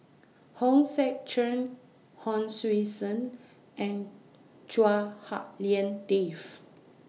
Hong Sek Chern Hon Sui Sen and Chua Hak Lien Dave